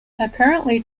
apparently